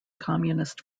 communist